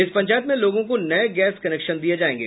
इस पंचायत में लोगों को नये गैस कनेक्शन दिये जायेंगे